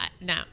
no